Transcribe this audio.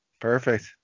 perfect